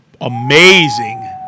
amazing